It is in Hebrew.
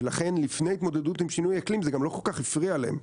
ולכן לפני התמודדות עם שינוי אקלים זה גם לא כל כך הפריע להם,